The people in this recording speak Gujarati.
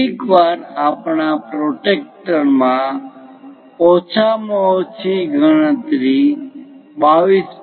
કેટલીકવાર આપણા પ્રોટ્રેક્ટર માં ઓછામાં ઓછી ગણતરી 22